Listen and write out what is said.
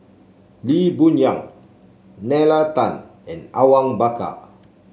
Lee Boon Yang Nalla Tan and Awang Bakar